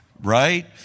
Right